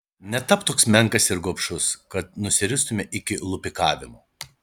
netapk toks menkas ir gobšus kad nusiristumei iki lupikavimo